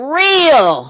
real